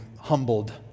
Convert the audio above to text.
humbled